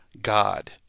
God